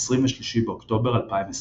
23 באוקטובר 2021